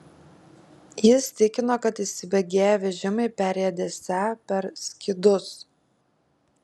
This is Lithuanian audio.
jis tikino kad įsibėgėję vežimai perriedėsią per skydus